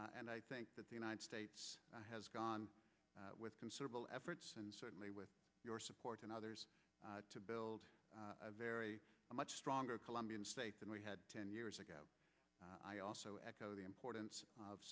and i think that the united states has gone with considerable efforts and certainly with your support and others to build a very much stronger colombian state than we had ten years ago i also echo the importance of